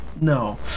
no